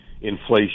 inflation